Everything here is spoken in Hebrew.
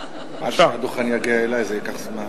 עד שהדוכן יגיע אלי זה ייקח זמן.